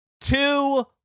two